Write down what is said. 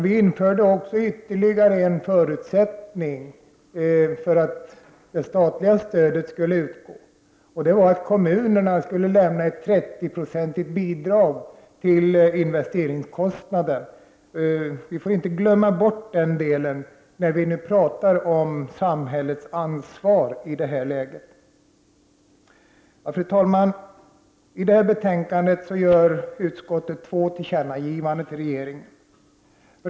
Vi införde också ytterligare en förutsättning för att det statliga stödet skulle beviljas, nämligen att kommunerna skulle lämna ett 30-procentigt bidrag till investeringskostnaden. Vi får inte glömma bort detta när vi talar om samhällets ansvar i detta sammanhang. Fru talman! I detta betänkande gör utskottet två tillkännagivanden till regeringen.